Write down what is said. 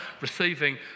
receiving